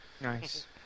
Nice